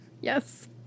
Yes